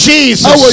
Jesus